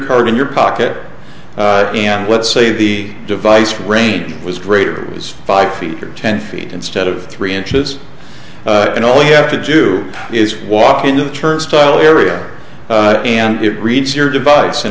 card in your pocket and let's say the device range was greater is five feet or ten feet instead of three inches and all you have to do is walk into the turnstile area and it reads your device